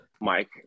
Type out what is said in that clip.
Mike